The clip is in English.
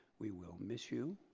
we will miss you,